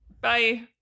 Bye